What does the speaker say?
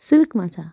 सिल्कमा छ